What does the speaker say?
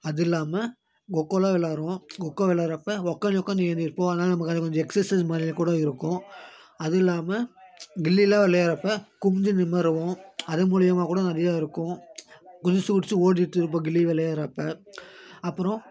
அதுவும் இல்லாம கொக்கோ எல்லாம் விளாட்றோம் கொக்கோ விளாட்றப்ப உக்காந்து உட்காந்து ஏந்திரிப்போம் அதனால் நமக்கு அது கொஞ்சம் எக்ஸர்சைஸ் மாதிரி கூட இருக்கும் அதுவும் இல்லாம கில்லி எல்லாம் விளையாட்றப்போ குனிஞ்சு நிமிருவோம் அது மூலியமாக கூட நிறைய இருக்கும் குதிச்சு குதிச்சு ஓடிகிட்டு இருப்போம் கில்லி விளையாட்றப்ப அப்புறோம்